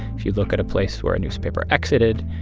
if you look at a place where a newspaper exited,